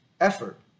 effort